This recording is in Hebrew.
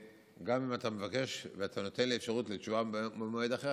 גם אם אתה מבקש ואתה נותן לי אפשרות לתשובה במועד אחר,